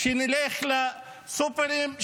כשנלך לסופרים,